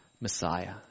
Messiah